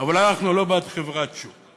אבל אנחנו לא בעד חברת שוק.